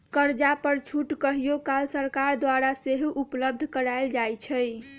कर्जा पर छूट कहियो काल सरकार द्वारा सेहो उपलब्ध करायल जाइ छइ